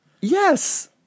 Yes